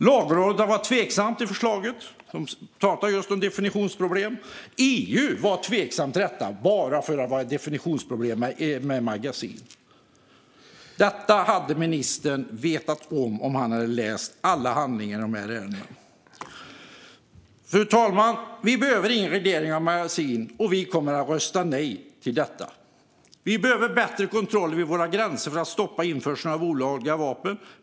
Lagrådet var tveksamma till förslaget. De pratar just om definitionsproblem. Även EU var tveksamt till detta, eftersom det var definitionsproblem gällande magasin. Detta hade ministern vetat om han hade läst alla handlingar i ärendet. Fru talman! Vi behöver ingen reglering av magasin, och vi kommer att rösta nej till detta. Vi behöver bättre kontroll vid våra gränser för att stoppa införseln av olagliga vapen.